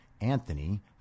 Anthony